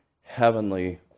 Heavenly